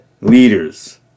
leaders